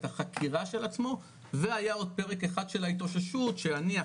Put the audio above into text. את החקירה של עצמו והיה עוד פרק אחד של ההתאוששות שאני,